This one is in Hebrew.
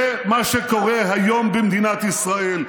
זה מה שקורה היום במדינת ישראל.